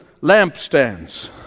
lampstands